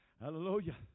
hallelujah